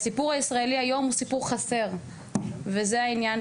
הסיפור הישראלי היום הוא סיפור חסר,